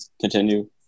Continue